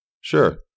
Sure